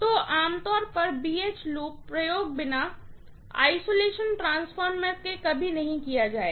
तो आमतौर पर BH लूप प्रयोग बिना आइसोलेशन ट्रांसफार्मर के कभी भी नहीं किया जाएगा